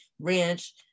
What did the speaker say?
ranch